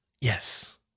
yes